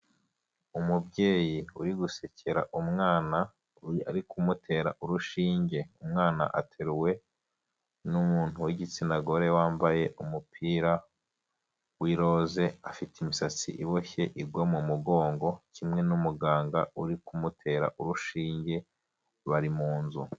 Umubyeyi uri gusekera umwana ari kumutera urushinge umwana ateruwe n'umuntu w'igitsina gore wambaye umupira w'irose, afite imisatsi iboshye igwa mu mugongo kimwe n'umuganga uri kumutera urushinge bari mu nzu.